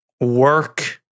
work